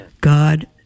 God